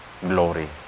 glory